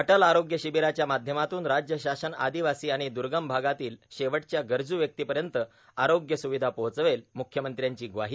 अटल आरोग्य शिबीराच्या माध्यमातून राज्य शासन आदिवासी आणि दूर्गम भागातील शेवटच्या गरजू व्यक्तींपर्यंत आरोग्य सुविधा पोहचवेल मुख्यमंत्र्यांची ग्वाही